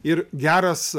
ir geras